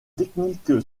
technique